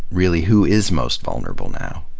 really, who is most vulnerable now?